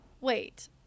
wait